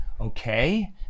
okay